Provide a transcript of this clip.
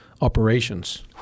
operations